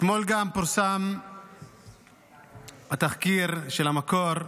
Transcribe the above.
אתמול גם פורסם התחקיר של "המקור",